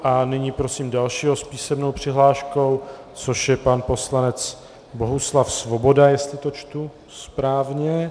A nyní prosím dalšího s písemnou přihláškou, což je pan poslanec Bohuslav Svoboda, jestli to čtu správně.